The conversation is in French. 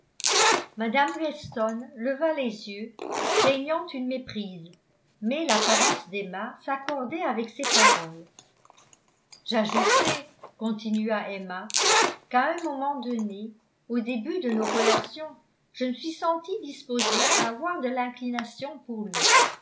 mme weston leva les yeux craignant une méprise mais l'apparence d'emma s'accordait avec ses paroles j'ajouterai continua emma qu'à un moment donné au début de nos relations je me suis sentie disposée à avoir de l'inclination pour lui